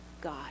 God